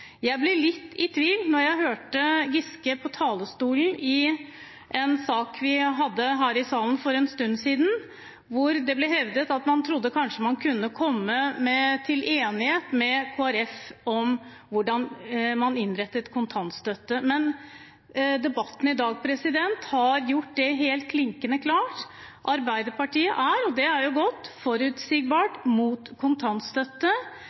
Jeg ble litt i tvil da jeg hørte representanten Giske på talerstolen i en sak vi behandlet her i salen for en stund siden, hvor det ble hevdet at man trodde man kanskje kunne komme til enighet med Kristelig Folkeparti om hvordan man innrettet kontantstøtten. Men debatten i dag har gjort det helt klinkende klart: Arbeiderpartiet er – og det er jo godt – forutsigbart imot kontantstøtte.